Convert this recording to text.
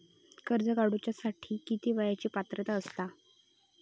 कर्ज काढूसाठी किती वयाची पात्रता असता?